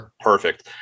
perfect